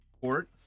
port